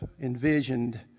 envisioned